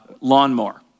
lawnmower